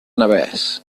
navès